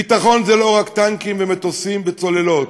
ביטחון זה לא רק טנקים ומטוסים וצוללות,